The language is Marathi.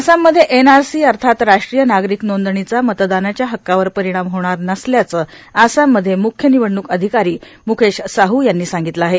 आसाममध्ये एन आर सी अर्थात राष्ट्रीय नागरिक नोंदणीचा मतदानाच्या हक्कावर परिणाम होणार नसल्याचं आसामध्ये मुख्य निवडणूक अधिकारी मु्केश साहू यांनी सांगितलं आहे